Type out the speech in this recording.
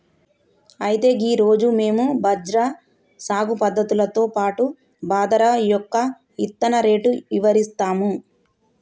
అయితే గీ రోజు మేము బజ్రా సాగు పద్ధతులతో పాటు బాదరా యొక్క ఇత్తన రేటు ఇవరిస్తాము